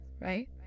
right